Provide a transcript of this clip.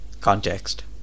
Context